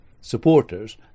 supporters